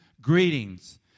greetings